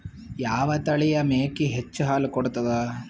ಯಾವ ತಳಿಯ ಮೇಕಿ ಹೆಚ್ಚ ಹಾಲು ಕೊಡತದ?